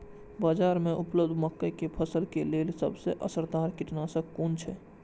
बाज़ार में उपलब्ध मके के फसल के लेल सबसे असरदार कीटनाशक कुन छै?